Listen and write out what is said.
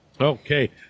okay